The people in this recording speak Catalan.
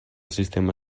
sistema